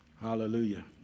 Hallelujah